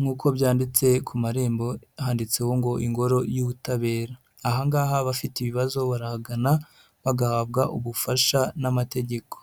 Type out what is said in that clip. nk'uko byanditse ku marembo handitseho ngo Ingoro y'Ubutabera, ahangaha abafite ibibazo barahagana bagahabwa ubufasha n'amategeko.